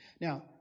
now